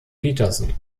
peterson